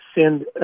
send